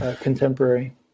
Contemporary